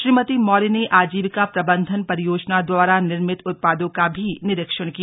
श्रीमती मौर्य ने आजीविका प्रबन्ध परियोजना द्वारा निर्मित उत्पादों का भी निरीक्षण भी किया